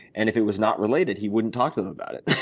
and if it was not related he wouldn't talk to them about it.